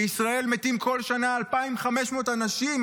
בישראל מתים כל שנה 2,500 אנשים,